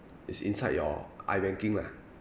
is inside your ibanking lah